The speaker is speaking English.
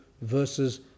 versus